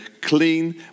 clean